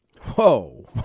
Whoa